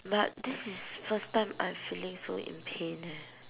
but this is first time I'm feeling so in pain eh